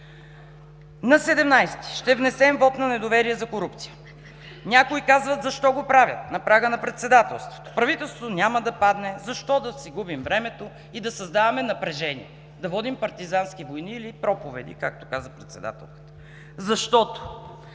На 17-и ще внесем вот на недоверие за корупция. Някои казват: „Защо го правят на прага на Председателството?“, „Правителството няма да падне“; „Защо да си губим времето и да създаваме напрежение, да водим партизански войни“ или „проповеди“, както каза председателката. Защото